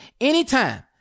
anytime